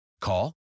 Call